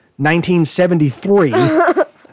1973